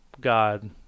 god